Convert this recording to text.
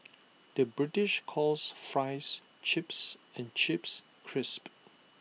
the British calls Fries Chips and Chips Crisps